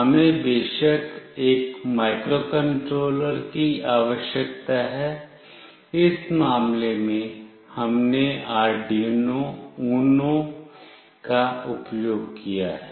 हमें बेशक एक माइक्रोकंट्रोलर की आवश्यकता है इस मामले में हमने आर्डयूनो यूनो का उपयोग किया है